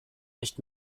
nicht